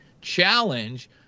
challenge